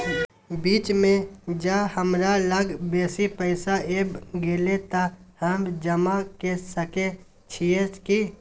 बीच म ज हमरा लग बेसी पैसा ऐब गेले त हम जमा के सके छिए की?